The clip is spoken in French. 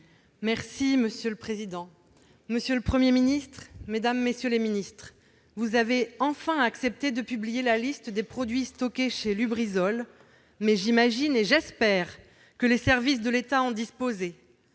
citoyen et écologiste. Monsieur le Premier ministre, mesdames, messieurs les ministres, vous avez enfin accepté de publier la liste des produits stockés chez Lubrizol, mais j'imagine et j'espère que les services de l'État en disposaient